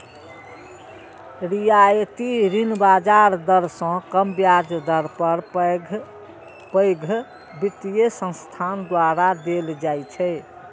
रियायती ऋण बाजार दर सं कम ब्याज दर पर पैघ वित्तीय संस्थान द्वारा देल जाइ छै